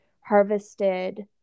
harvested